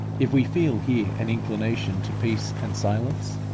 if we feel here an inclination to peace and silence,